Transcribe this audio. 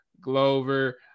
glover